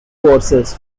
courses